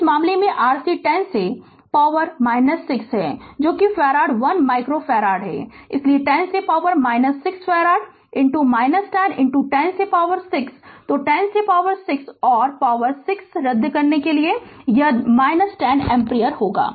तो इस मामले में r c 10 से पावर 6 है जो कि फैराड 1 माइक्रो फैराड है इसलिए 10 से पावर 6 फैराड 10 10 से पावर 6 तो 10 से पावर 6 और 10 शक्ति 6 रद्द करने के लिए यह 10 एम्पीयर होगा